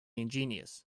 ingenious